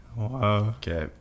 Okay